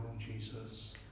Jesus